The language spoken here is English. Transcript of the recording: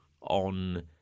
on